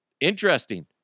interesting